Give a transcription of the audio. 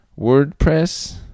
wordpress